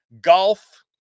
golf